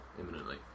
imminently